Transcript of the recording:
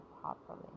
properly